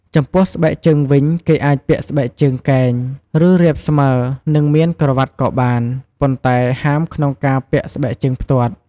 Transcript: ចំពោះស្បែកជើងវិញ គេអាចពាក់ស្បែកជើងកែង ឬ រាបស្មើ និងមានក្រវាត់ក៏បាន ប៉ុន្តែហាមក្នុងការពាក់ស្បែកជើងផ្ទាត់ ។